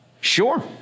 Sure